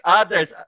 others